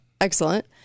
Excellent